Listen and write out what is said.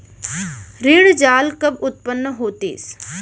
ऋण जाल कब उत्पन्न होतिस?